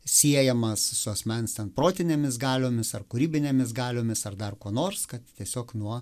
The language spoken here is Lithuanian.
siejamas su asmens ten protinėmis galiomis ar kūrybinėmis galiomis ar dar kuo nors kad tiesiog nuo